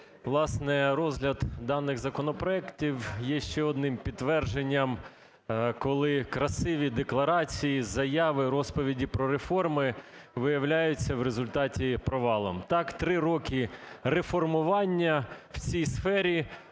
Власне, розгляд даних законопроектів є ще одним підтвердженням, коли красиві декларації, заяви, розповіді про реформи виявляються в результаті провалом. Так три роки реформування в цій сфері